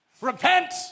Repent